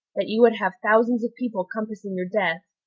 that you would have thousands of people compassing your death.